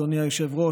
אדוני היושב-ראש,